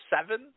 seven